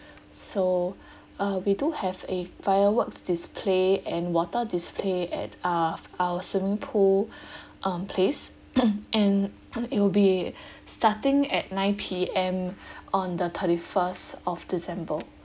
so uh we do have a fireworks display and water display at uh our swimming pool um place and and it will be starting at nine P_M on the thirty first of december